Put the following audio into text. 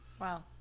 Wow